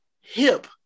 hip